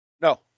No